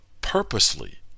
purposely